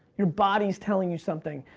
your body's telling you something,